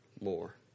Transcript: more